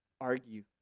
argue